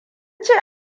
ce